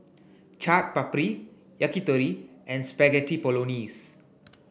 Chaat Papri Yakitori and Spaghetti Bolognese